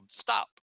stop